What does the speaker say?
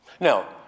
Now